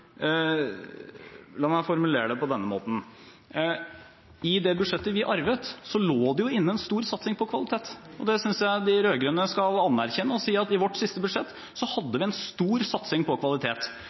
La meg formulere det på denne måten: I det budsjettet vi arvet, lå det jo inne en stor satsing på kvalitet, og det synes jeg de rød-grønne skal anerkjenne og si at i vårt siste budsjett, så